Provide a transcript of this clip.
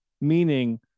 meaning